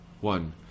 one